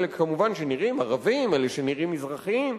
כמובן אלה שנראים ערבים, אלה שנראים מזרחיים,